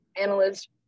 analyst